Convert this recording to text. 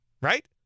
right